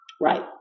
right